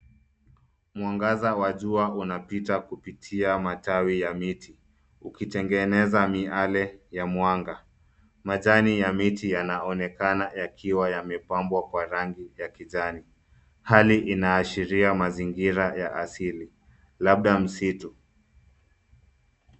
Mwangaza wa jua unapita kupitia matawi ya miti, ukitengeneza miale ya mwanga. Majani ya miti yanaonekana yakiwa yamepambwa kwa rangi ya kijani. Hali inaashiria mazingira ya asili, labda msitu.